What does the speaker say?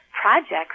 projects